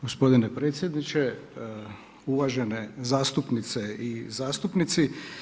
Gospodine predsjedniče, uvažene zastupnice i zastupnici.